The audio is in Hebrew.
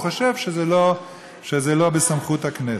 הוא חושב שזה לא בסמכות הכנסת.